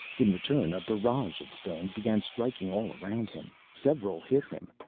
in return, a barrage of stones began striking all around him. several hit him,